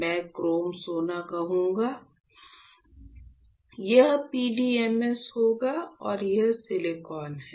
मैं क्रोम सोना कहूंगा यह PDMS होगा और यह सिलिकॉन है